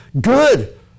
Good